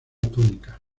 túnica